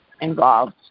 involved